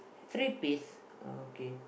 three piece okay